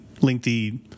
lengthy